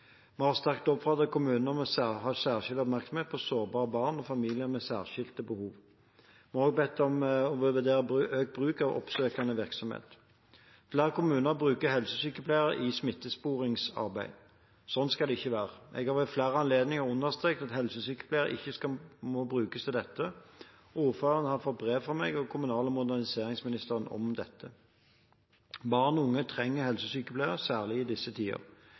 Vi har sterkt oppfordret kommunene om å ha særlig oppmerksomhet på sårbare barn og familier med særskilte behov. Vi har også bedt dem vurdere økt bruk av oppsøkende virksomhet. Flere kommuner bruker helsesykepleiere i smittesporingsarbeid. Slik skal det ikke være. Jeg har ved flere anledninger understreket at helsesykepleiere ikke må brukes til dette, og ordførerne har fått brev fra meg og kommunal- og moderniseringsministeren om dette. Barn og unge trenger helsesykepleiere – særlig i disse tider.